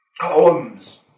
Columns